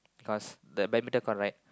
cause the badminton court right